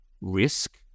risk